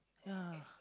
ya